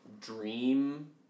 dream